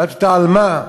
שאלתי אותה: על מה?